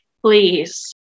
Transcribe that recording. please